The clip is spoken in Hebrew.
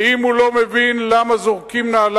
ואם הוא לא מבין למה זורקים נעל